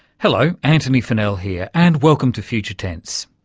hello, antony funnell here, and welcome to future tense.